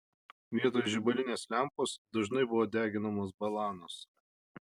vietoj žibalinės lempos dažnai buvo deginamos balanos